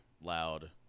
loud